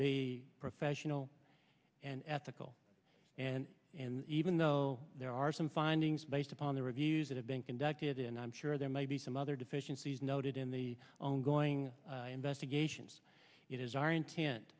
be professional and ethical and and even though there are some findings based upon the reviews that have been conducted and i'm sure there may be some other deficiencies noted in the ongoing investigations it is our intent